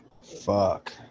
Fuck